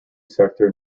sector